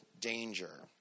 danger